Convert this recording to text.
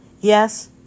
Yes